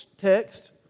text